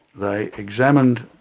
they examined